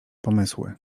pomysły